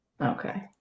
Okay